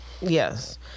Yes